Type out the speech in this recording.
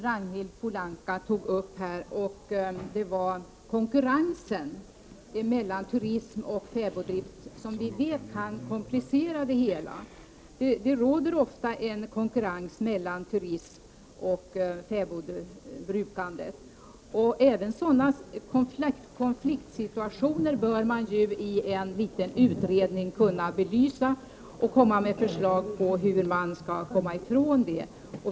Ragnhild Pohanka tog upp en aspekt här, det var konkurrensen mellan turism och fäboddrift som vi vet kan komplicera sammanhangen. Det råder ofta en konkurrens mellan turism och brukandet av fäbodarna. Även sådana konfliktsituationer bör man i en liten utredning kunna belysa och komma med förslag till lösningar.